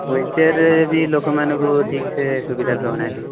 wheel ଚେୟାରରେ ବି ଲୋକମାନଙ୍କୁ ଠିକସେ ସୁବିଧା ପାଉନାହାନ୍ତି